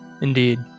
Indeed